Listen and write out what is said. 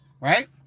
Right